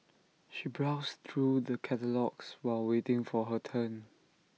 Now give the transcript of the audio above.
she browsed through the catalogues while waiting for her turn